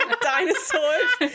dinosaurs